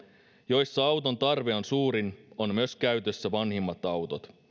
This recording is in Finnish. joilla auton tarve on suurin on myös käytössä vanhimmat autot